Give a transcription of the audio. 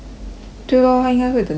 对 lor 她应该会等 daddy bah